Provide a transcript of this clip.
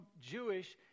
Jewish